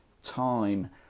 Time